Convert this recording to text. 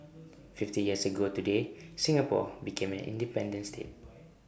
fifty years ago today Singapore became an independent state